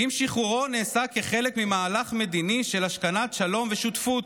אם שחרורו נעשה כחלק ממהלך מדיני של השכנת שלום ושותפות.